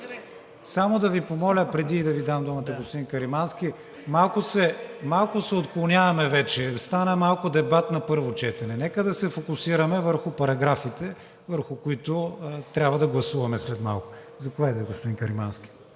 Само да Ви помоля, преди да Ви дам думата, господин Каримански, малко се отклоняваме вече, стана малко дебат на първо четене. Нека да се фокусираме върху параграфите, върху които трябва да гласуваме след малко. Заповядайте, господин Каримански.